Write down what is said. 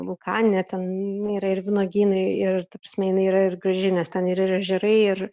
vulkaninė ten yra ir vynuogynai ir ta prasme jinai yra ir graži nes ten ir ežerai ir